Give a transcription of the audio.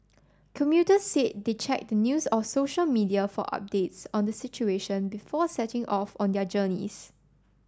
commuters said they checked the news or social media for updates on the situation before setting off on their journeys